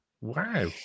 Wow